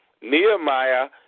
Nehemiah